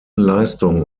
leistung